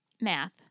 Math